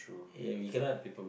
eh we cannot